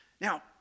Now